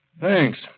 Thanks